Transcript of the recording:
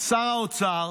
שר האוצר